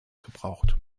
gebraucht